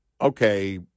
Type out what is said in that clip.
Okay